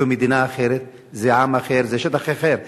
זאת מדינה אחרת, זה עם אחר, זה שטח אחר.